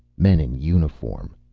men in uniform.